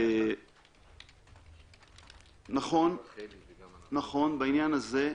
נכון, בעניין הזה,